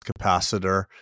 capacitor